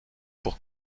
pour